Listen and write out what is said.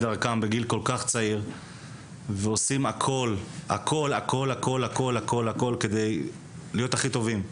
דרכם בגיל כל-כך צעיר ועושים הכול כדי להיות הכי טובים.